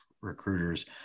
recruiters